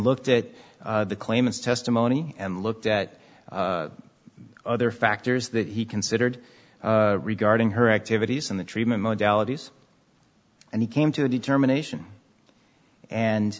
looked at the claimants testimony and looked at other factors that he considered regarding her activities and the treatment modalities and he came to a determination and